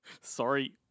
sorry